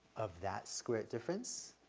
of that square difference.